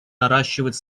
наращивать